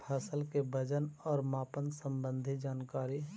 फसल के वजन और मापन संबंधी जनकारी?